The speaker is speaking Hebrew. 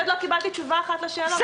אני עוד לא קיבלתי תשובה אחת לשאלות שלי.